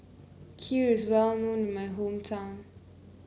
Kheer is well known in my hometown